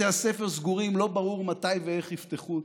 בתי הספר סגורים ולא ברור מתי ואיך יפתחו אותם.